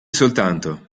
soltanto